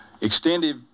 Extended